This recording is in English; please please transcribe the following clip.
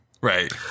Right